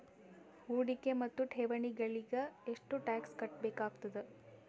ಹೂಡಿಕೆ ಮತ್ತು ಠೇವಣಿಗಳಿಗ ಎಷ್ಟ ಟಾಕ್ಸ್ ಕಟ್ಟಬೇಕಾಗತದ?